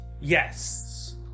Yes